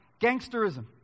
Gangsterism